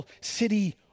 city